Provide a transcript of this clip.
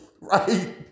Right